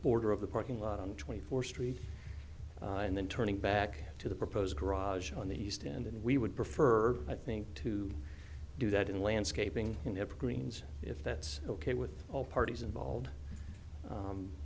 border of the parking lot on twenty four street and then turning back to the proposed garage on the east end and we would prefer i think to do that in landscaping greens if that's ok with all parties involved